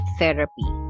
therapy